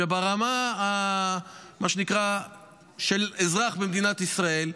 שברמה המה שנקרא של אזרח במדינת ישראל,